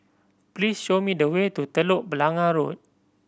please show me the way to Telok Blangah Road